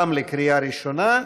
גם לקריאה ראשונה.